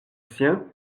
sien